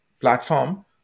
platform